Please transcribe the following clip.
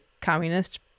communist